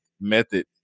method